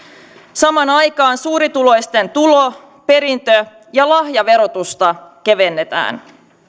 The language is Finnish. samaan aikaan suurituloisten tulo perintö ja lahjaverotusta kevennetään